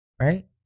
right